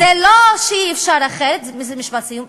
זה משפט סיום.